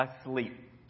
asleep